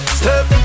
step